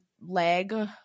leg